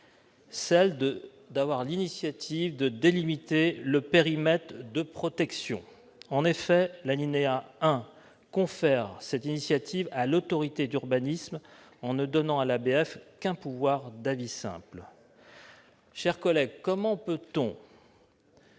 des ABF : l'initiative de délimiter un périmètre de protection. En effet, l'alinéa 1 confère cette initiative à l'autorité d'urbanisme en ne donnant à l'ABF qu'un pouvoir d'avis simple sur celle-ci. Mes chers collègues, comment peut-on